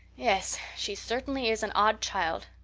yes, she certainly is an odd child,